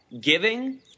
giving